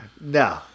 No